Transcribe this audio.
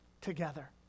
together